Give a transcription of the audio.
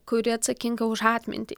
kuri atsakinga už atmintį